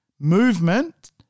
movement